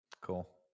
Cool